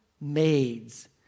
maids